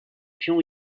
pion